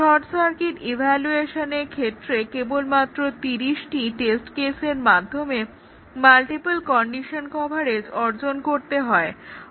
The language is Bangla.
শর্ট সার্কিট এভালুয়েশনের ক্ষেত্রে কেবলমাত্র 13টি টেস্ট কেসের মাধ্যমে মাল্টিপল কন্ডিশন কভারেজ অর্জন করতে পারি